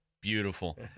beautiful